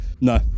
No